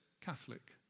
Catholic